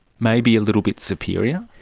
maybe a little bit superior?